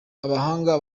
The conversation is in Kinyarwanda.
abahanga